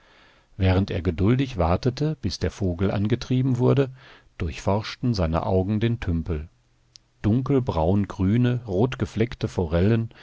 während er geduldig wartete bis der vogel angetrieben wurde durchforschten seine augen den tümpel dunkelbraungrüne rotgefleckte forellen